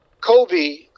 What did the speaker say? Kobe